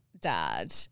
dad